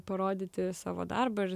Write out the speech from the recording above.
parodyti savo darbą ir